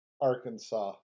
Arkansas